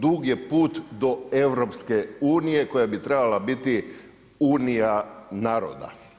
Dug je put do EU koja bi trebala biti Unija naroda.